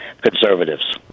conservatives